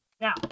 Now